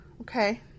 Okay